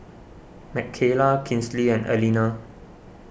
Mckayla Kinsley and Aleena